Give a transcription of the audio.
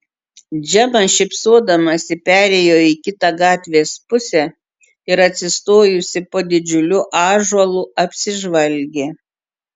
džema šypsodamasi perėjo į kitą gatvės pusę ir atsistojusi po didžiuliu ąžuolu apsižvalgė